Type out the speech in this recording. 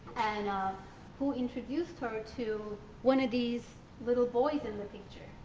and who introduced her to one of these little boys in the picture,